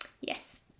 yes